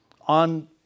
on